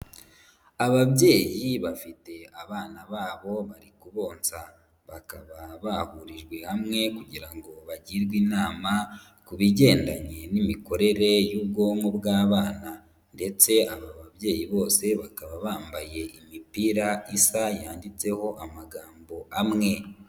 Ababyeyi bafite abana babo bari kubonsa, bakaba bahurijwe hamwe kugira ngo bagirwe inama ku bigendanye n'imikorere y'ubwonko bw'abana ndetse aba babyeyi bose bakaba bambaye imipira isa yanditseho amagambo amwe.